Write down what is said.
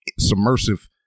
submersive